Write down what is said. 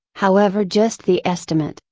however just the estimate,